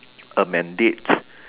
a mandate